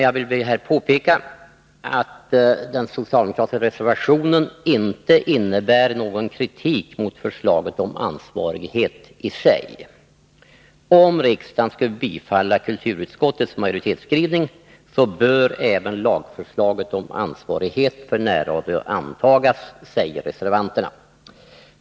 Jag vill här påpeka att den socialdemokratiska reservationen inte innebär någon kritik mot förslaget om ansvarighet i sig. Om riksdagen skulle bifalla kulturutskottets majoritetsskrivning, bör även lagförslaget om ansvarighet för närradion antas, säger reservanterna.